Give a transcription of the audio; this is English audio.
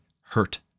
hurt